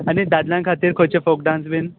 आनी दादल्यांक खातीर खंयचे फॉक डान्स बीन